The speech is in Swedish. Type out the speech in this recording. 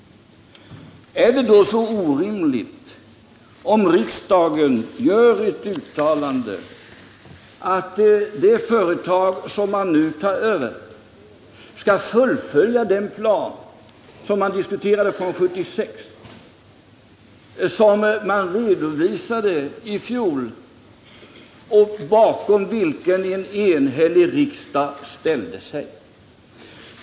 Är det då så orimligt att riksdagen gör ett uttalande om att det företag som nu skall tas över skall fullfölja den plan från 1976 som man då diskuterade, som redovisades i fjol och bakom vilken en enig riksdag ställde sig?